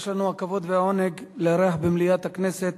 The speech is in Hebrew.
יש לנו הכבוד והעונג לארח במליאת הכנסת